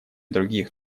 других